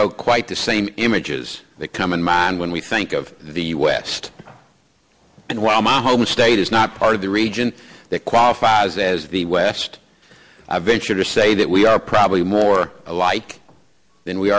e quite the same images that come in mind when we think of the west and while my home state is not part of the region that qualifies as the west i venture to say that we are probably more alike than we